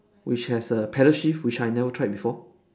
which has a pedal shift which I never tried before